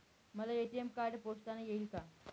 मला ATM card पोस्टाने येईल का?